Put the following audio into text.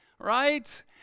right